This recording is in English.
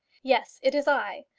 yes, it is i.